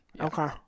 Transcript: Okay